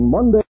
Monday